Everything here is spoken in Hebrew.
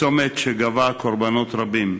צומת שגבה קורבנות רבים.